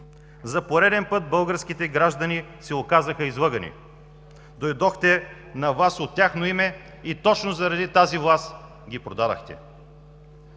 За пореден път българските граждани се оказаха излъгани. Дойдохте на власт от тяхно име и точно заради тази власт ги продадохте.